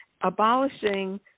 abolishing